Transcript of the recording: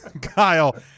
Kyle